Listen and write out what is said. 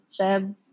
Feb